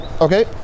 Okay